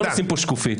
בוא תשים כאן שקופית.